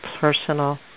personal